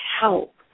help